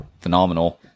phenomenal